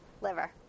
Liver